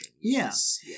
Yes